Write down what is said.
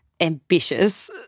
ambitious